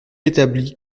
établi